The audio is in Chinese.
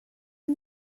安葬